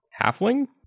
Halfling